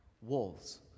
walls